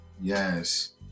yes